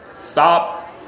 Stop